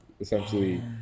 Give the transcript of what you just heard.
essentially